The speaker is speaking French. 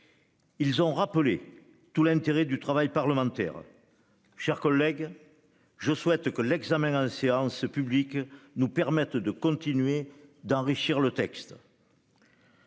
Ils rappellent tout l'intérêt de l'intervention parlementaire. Mes chers collègues, je souhaite que l'examen en séance publique nous permette de continuer d'enrichir le texte.